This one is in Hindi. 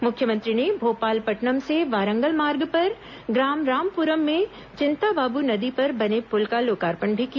मुख्यमंत्री ने भोपालपटनम से वारंगल मार्ग पर ग्राम रामपुरम में चिंताबाबू नदी पर बने पुल का लोकार्पण भी किया